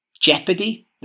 jeopardy